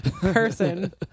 person